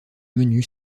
menu